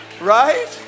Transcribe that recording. Right